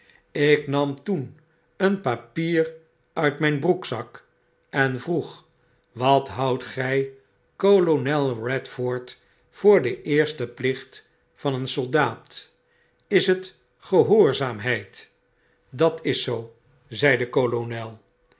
ik nam toen een papier uit myn broekzak envroeg wat houdt gy kolonel redforth voor de eerste plicht van een soldaat is het gehoorzaamheid w dat is zei de kolonel